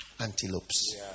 antelopes